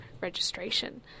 registration